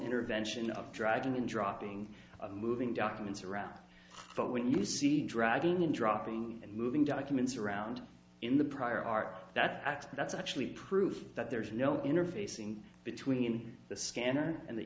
intervention of dragging and dropping of moving documents around but when you see dragging and dropping and moving documents around in the prior art that that's actually proof that there is no interface in between the scanner and the